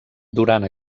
durant